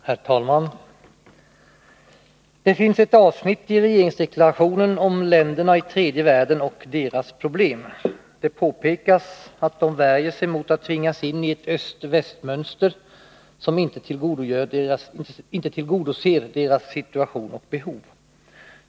Herr talman! Det finns ett avsnitt i regeringsdeklarationen om länderna i tredje världen och deras problem. Det påpekas att de värjer sig mot att tvingas in i ett öst-väst-mönster, som inte tillgodoser deras situation och behov.